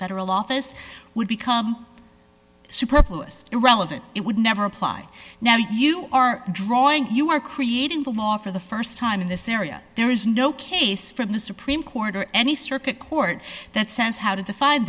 federal office would become superfluous irrelevant it would never apply now you are drawing you are creating the law for the st time in this area there is no case from the supreme court or any circuit court that sense how to define